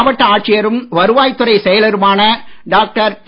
மாவட்ட ஆட்சியரும் வருவாய்த் துறை செயலருமான டாக்டர் டி